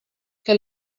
que